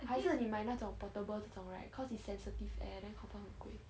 还是你买那种 portable 这种 right cause it's sensitive air then confirm 很贵